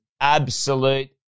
absolute